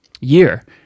year